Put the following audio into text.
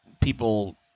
people